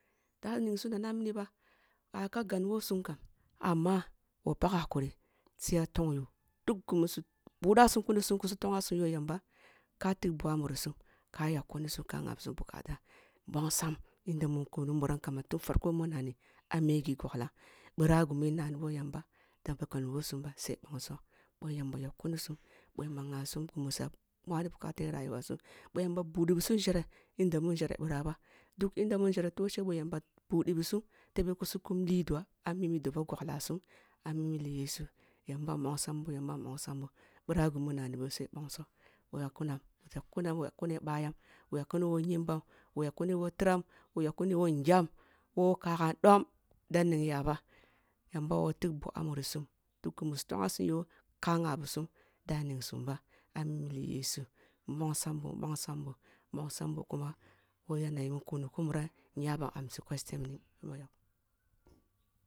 Da ningsum nana mini ba ayaka gan woo sum kam amma wa pak hakuri su ya tongyo duk gumu su buda kunasum su tongasum yamba ka tig bugu a murisum ka yakkunisum ka nngebisum bukata mbongsam yanda mun kumni muram kaman tun farko mun nani a migi goglam birah gumu in n ani boh yamba da gani who sum bas ai bon gsoh boh yamba yagh kunnisum boh yamba nugabisum gumu sura mwani bukate rayuwa sum, boh yamba budibusum nzere inda mu nzere bira bah duk inda mu nnzere toshe boh yamba budibusum tebeh kusu kum liduah a mimi doboh goglasum a mi tili yesu yamba mbonsam boh yamba mbongsam boh bira gimi ngani boh sai bongsoh wa yakkunam yakkubam yakune ye bayam wa yakuni who nyimbam, wa yakuni tiram, wa yakuni who ngyam, who kagan don da ningya bay amba wa tigh bugo a murisum duk gum su tongasum yoh ka nngabisum da ningsum ba a mi lile yesu mbongsam boh mlongsam boh nbongsam boh kuma mu yanda mun kumni kunuram, ehn yaba amsi questen mini yoh yam